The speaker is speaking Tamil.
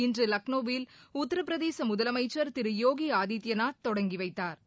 இன்று லக்னோவில் உத்திரபிரதேச முதலமைச்சர் யோகி ஆதித்யநாத் தொடங்கி வைத்தாா்